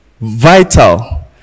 vital